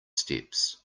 steps